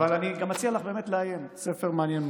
עוד שאלת